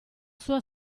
sua